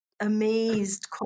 amazed